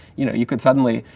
you know you could suddenly,